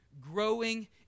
growing